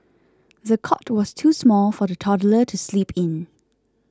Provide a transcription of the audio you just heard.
the cot was too small for the toddler to sleep in